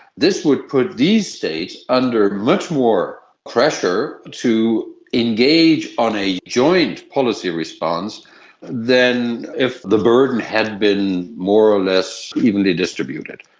this would put these states under much more pressure to engage on a joint policy response than if the burden had been more or less evenly distributed.